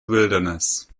wilderness